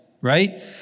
right